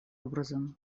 образом